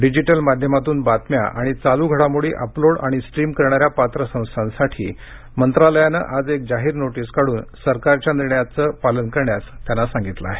digital माध्यमातून बातम्या आणि चालू घडामोडी अपलोड आणि स्ट्रीम करणाऱ्या पात्र संस्थांसाठी मंत्रालयानं आज एक जाहीर नोटीस काढून सरकारच्या निर्णयाचं पालन करण्यास सांगितलं आहे